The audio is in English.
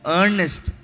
earnest